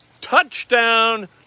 touchdown